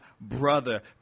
brother